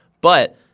But-